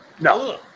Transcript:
No